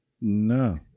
No